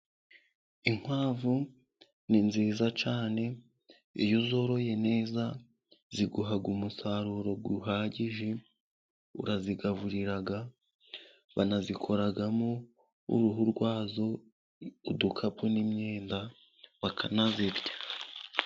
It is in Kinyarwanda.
Inkwavu ni nziza cyane, iyo uzoroye neza ziguha umusaruro uhagije, urazigaburira banazikuramo uruhu rwazo, udukapu n'imyenda bakanazirya.